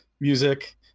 music